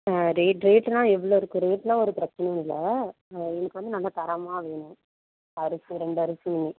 rate ரேட்லாம் எவ்வளோ இருக்கு ரேட்லாம் ஒரு பிரச்சனையே இல்லை எங்களுக்கு வந்து நல்லா தரமாக வேணும் அரிசி ரெண்டு அரிசியுமே